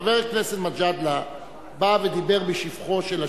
חבר הכנסת מג'אדלה בא ודיבר בשבחו של השמן,